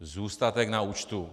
Zůstatek na účtu?